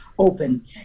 open